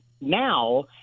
now